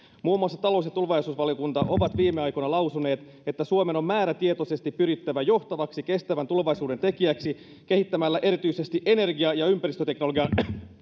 muun muassa talous ja tulevaisuusvaliokunnat ovat viime aikoina lausuneet että suomen on määrätietoisesti pyrittävä johtavaksi kestävän tulevaisuuden tekijäksi kehittämällä erityisesti energia ja ympäristöteknologian